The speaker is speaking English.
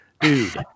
dude